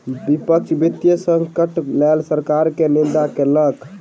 विपक्ष वित्तीय संकटक लेल सरकार के निंदा केलक